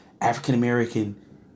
African-American